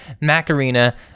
Macarena